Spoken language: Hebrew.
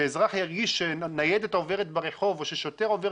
שאזרח ירגיש שכשניידת עוברת ברחוב או כששוטר עובר